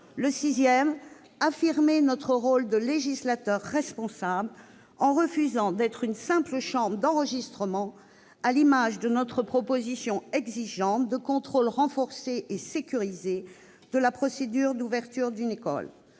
devions affirmer notre rôle de législateur responsable en refusant que le Sénat soit une simple chambre d'enregistrement. C'est le sens de notre proposition exigeante de contrôle renforcé et sécurisé de la procédure d'ouverture d'une école.